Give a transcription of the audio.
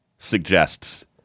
suggests